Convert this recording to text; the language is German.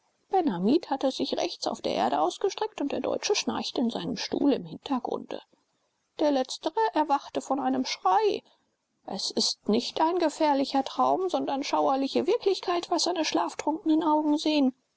hamid hatte sich rechts auf der erde ausgestreckt und der deutsche schnarchte in seinem stuhl im hintergrunde der letztere erwacht von einem schrei es ist nicht ein gräßlicher traum sondern schauerliche wirklichkeit was seine schlaftrunkenen augen sehen